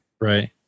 Right